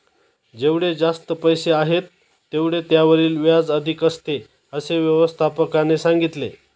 जेवढे जास्त पैसे आहेत, तेवढे त्यावरील व्याज अधिक असते, असे व्यवस्थापकाने सांगितले